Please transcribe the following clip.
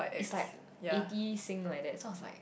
it's like eighty sing like that so I was like